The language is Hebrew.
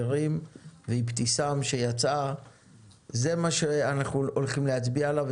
ואבתיסאם ואחרים זה מה שאנחנו הולכים להצביע עליו.